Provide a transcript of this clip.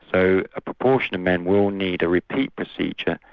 so a proportion of men will need a repeat procedure,